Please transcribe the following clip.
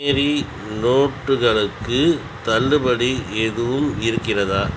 மேரினோட்டுகளுக்கு தள்ளுபடி எதுவும் இருக்கிறதா